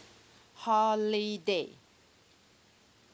holiday